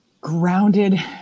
grounded